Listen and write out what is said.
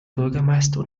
bürgermeister